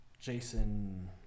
Jason